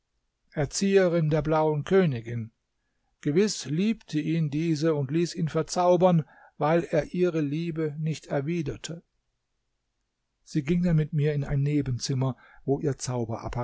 erzieherin der blauen königin gewiß liebte ihn diese und ließ ihn verzaubern weil er ihre liebe nicht erwiderte sie ging dann mit mir in ein nebenzimmer wo ihr